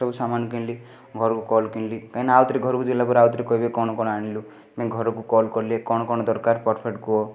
ସବୁ ସାମାନ କିଣିଲି ଘରକୁ କଲ୍ କିଣିଲି କାହିଁକି ନା ଆଉଥରେ ଘରକୁ ଗଲାପରେ ଆଉ ଥରେ କହିବେ କ'ଣ କ'ଣ ଆଣିଲୁ ମୁଇଁ ଘରକୁ କଲ୍ କଲି କ'ଣ କ'ଣ ଦରକାର ପର୍ଫେକ୍ଟ କୁହ